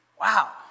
Wow